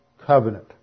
covenant